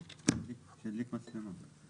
תראו לי את זה במצגת.